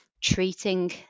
treating